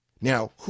Now